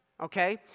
Okay